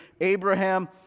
Abraham